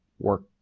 work